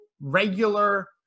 regular